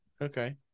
okay